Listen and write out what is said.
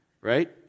right